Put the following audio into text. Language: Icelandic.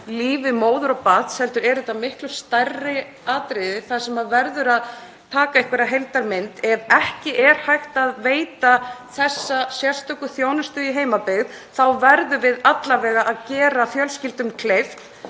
lífi móður og barns heldur eru þetta miklu stærri atriði þar sem verður að taka einhverja heildarmynd. Ef ekki er hægt að veita þessa sérstöku þjónustu í heimabyggð verðum við alla vega að gera fjölskyldum kleift